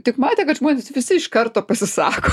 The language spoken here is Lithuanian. tik matė kad žmuonės visi iš karto pasisako